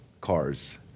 Cars